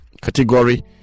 category